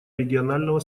регионального